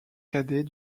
cadet